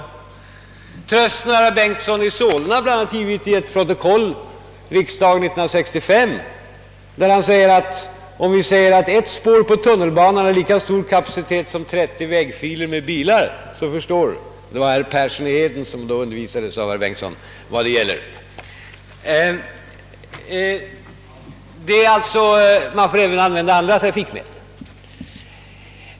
En tröst gav även herr Bengtson i Solna här i kammaren 1965 då han enligt protokollet sade: »Om vi säger att ett spår på tunnelbanan har lika stor kapacitet som 30 vägfiler för bilar, så förstår herr Persson i Heden» — det var han som då undervisades av herr Bengtson — »vad det gäller.» Man bör alltså använda även andra trafikmedel.